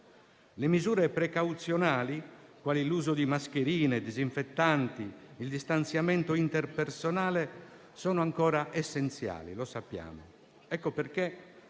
Le misure precauzionali, quali l'uso di mascherine e disinfettanti, il distanziamento interpersonale sono ancora essenziali, e lo sappiamo. Per